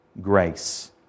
grace